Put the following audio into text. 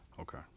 Okay